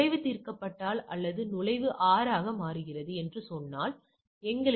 இப்போது இந்த முடிவுகள் மிகவும் வேறுபட்டதா என்பதை அறிய விரும்புகிறோம்